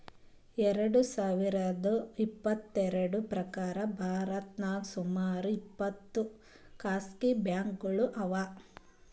ಎರಡ ಸಾವಿರದ್ ಇಪ್ಪತ್ತೆರಡ್ರ್ ಪ್ರಕಾರ್ ಭಾರತದಾಗ್ ಸುಮಾರ್ ಇಪ್ಪತ್ತೊಂದ್ ಖಾಸಗಿ ಬ್ಯಾಂಕ್ಗೋಳು ಅವಾ